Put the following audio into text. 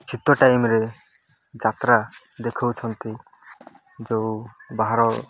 ଶୀତ ଟାଇମ୍ରେ ଯାତ୍ରା ଦେଖଉଛନ୍ତି ଯେଉଁ ବାହାର